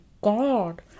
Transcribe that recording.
God